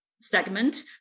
Segment